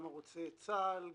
גם ערוצי צה"ל,